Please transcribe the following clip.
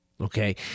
okay